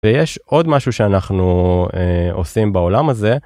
ויש עוד משהו שאנחנו עושים בעולם הזה.